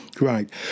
right